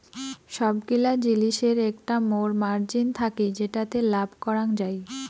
সবগিলা জিলিসের একটা মোর মার্জিন থাকি যেটাতে লাভ করাঙ যাই